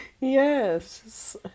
Yes